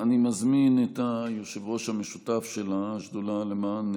אני מזמין את היושב-ראש השותף של השדולה למען